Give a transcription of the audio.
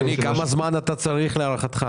כמה זמן אתה צריך להערכתך?